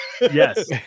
Yes